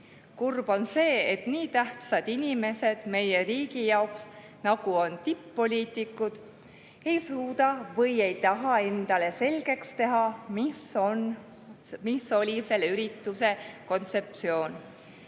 "Kurb on see, et nii tähtsad inimesed meie riigi jaoks, nagu on tipp-poliitikud, ei suuda või ei taha endale selgeks teha, mis on selle ürituse kontseptsioon."